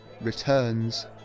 returns